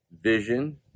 vision